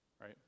right